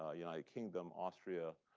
ah yeah kingdom, austria,